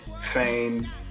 fame